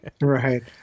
Right